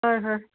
ꯍꯣꯏ ꯍꯣꯏ